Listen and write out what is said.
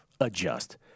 adjust